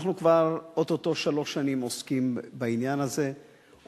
אנחנו עוסקים בעניין הזה כבר או-טו-טו שלוש שנים,